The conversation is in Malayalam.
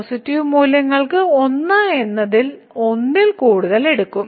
പോസിറ്റീവ് മൂല്യങ്ങൾക്ക് 1 എന്നത് 1 ൽ കൂടുതൽ എടുക്കും